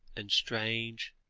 and strange,